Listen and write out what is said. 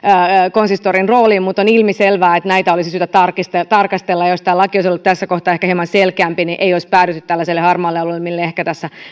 konsistorin rooliin mutta on ilmiselvää että näitä olisi syytä tarkistaa ja tarkastella ja jos tämä laki olisi ollut tässä kohtaa ehkä hieman selkeämpi ei olisi päädytty tällaiselle harmaalle alueelle mille ehkä tässä